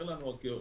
אומר לנו הקיוסק: